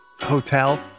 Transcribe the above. hotel